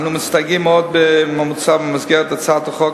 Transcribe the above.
אנו מסתייגים מהמוצע במסגרת הצעת החוק